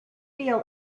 feel